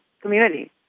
community